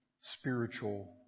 spiritual